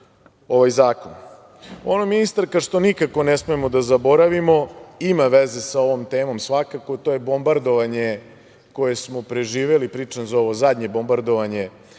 ovaj zakon. Ono, ministarka, što nikako ne smemo da zaboravimo, ima veze sa ovom temom svakako, to je bombardovanje koje smo preživeli, pričam za ovo zadnje bombardovanje